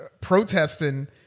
protesting